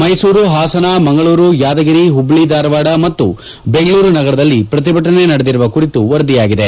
ಮೈಸೂರು ಹಾಸನ ಮಂಗಳೂರು ಯಾದಗಿರಿ ಹುಬ್ಬಳ್ಳಿ ಧಾರವಾದ ಮತ್ತು ಬೆಂಗಳೂರು ನಗರದಲ್ಲಿ ಪ್ರತಿಭಟನೆ ನಡೆದಿರುವ ಕುರಿತು ವರದಿಯಾಗಿದೆ